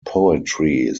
poetry